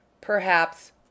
Perhaps